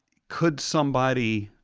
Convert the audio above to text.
could somebody